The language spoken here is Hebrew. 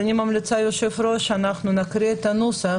אני ממליצה, היושב-ראש, שאנחנו נקריא את הנוסח